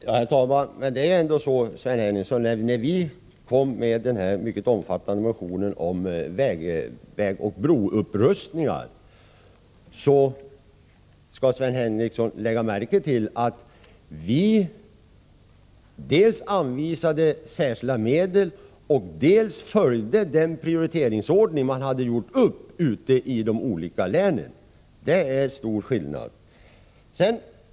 Herr talman! Men det är ändå så, Sven Henricsson, att vi, när vi väckte den här mycket omfattande motionen om vägoch broupprustningar, dels anvisade särskilda medel, dels följde den prioriteringsordning man hade gjort upp ute i de olika länen. Det är stor skillnad.